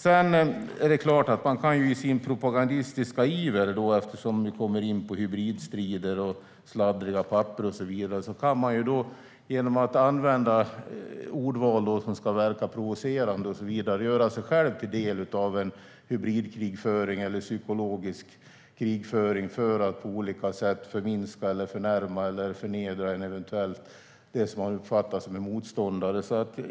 Det är klart att man i sin propagandistiska iver - eftersom vi kommer in på hybridstrider, sladdriga papper och så vidare - genom att använda ordval som ska verka provocerande och så vidare kan göra sig själv till del av en hybridkrigföring eller psykologisk krigföring för att på olika sätt förminska, förnärma eller förnedra den som man eventuellt uppfattar som en motståndare.